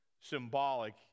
symbolic